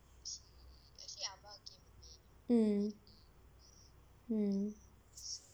mm mm